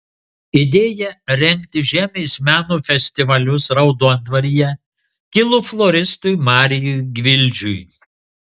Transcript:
idėja rengti žemės meno festivalius raudondvaryje kilo floristui marijui gvildžiui